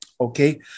okay